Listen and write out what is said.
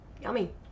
Yummy